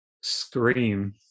scream